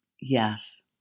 Yes